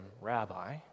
Rabbi